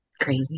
Crazy